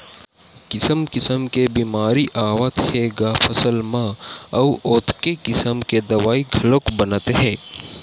किसम किसम के बेमारी आवत हे ग फसल म अउ ओतके किसम के दवई घलोक बनत हे